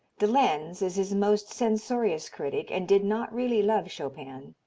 de lenz is his most censorious critic and did not really love chopin.